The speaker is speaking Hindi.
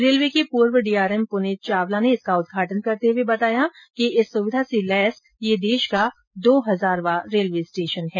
रेलवे के पूर्व डीआरएम पुनीत चावला ने इसका उद्घाटन करते हुए बताया कि इस सुविधा से लैस यह देश का दो हजार वां रेलवे स्टेशन है